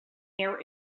air